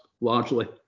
largely